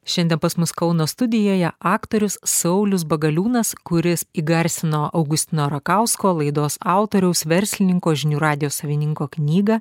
šiandien pas mus kauno studijoje aktorius saulius bagaliūnas kuris įgarsino augustino rakausko laidos autoriaus verslininko žinių radijo savininko knygą